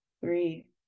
three